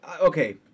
okay